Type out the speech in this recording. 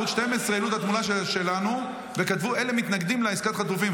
ערוץ 12 העלו את התמונה שלנו וכתבו: אלה מתנגדים לעסקת חטופים.